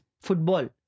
football